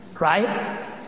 right